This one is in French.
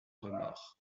remords